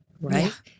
right